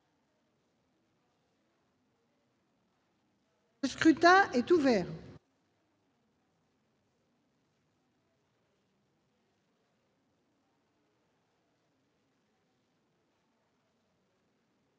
Le scrutin est ouvert.